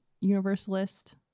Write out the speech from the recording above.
universalist